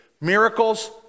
Miracles